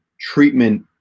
treatment